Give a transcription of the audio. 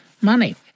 money